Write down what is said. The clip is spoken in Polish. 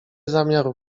zamiaru